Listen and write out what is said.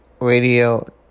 radio